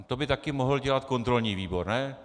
To by taky mohl dělat kontrolní výbor, ne?